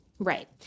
Right